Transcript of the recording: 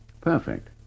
Perfect